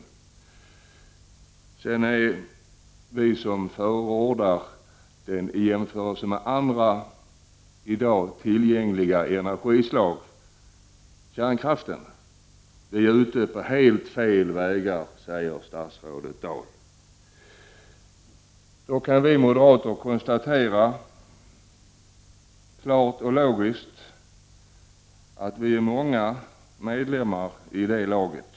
Statsrådet Dahl säger att vi som förordar kärnkraften, i stället för andra i dag tillgängliga energislag, är ute på helt fel vägar. Vi moderater kan då konstatera klart och logiskt att vi är många medlemmar i det laget.